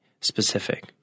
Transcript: specific